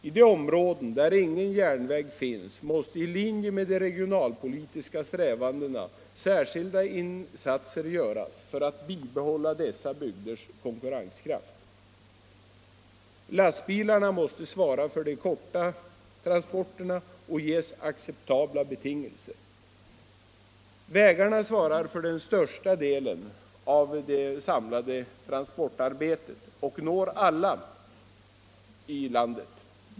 I de områden där ingen järnväg finns måste i linje med de regionalpolitiska strävandena särskilda insatser göras för att bibehålla dessa bygders konkurrenskraft. Lastbilarna måste svara för de korta transporterna och ges acceptabla betingelser. Vägarna svarar för den största delen av det samlade transportarbetet och når alla i landet.